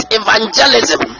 evangelism